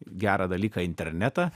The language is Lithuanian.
gerą dalyką internetą